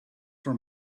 for